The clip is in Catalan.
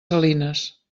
salines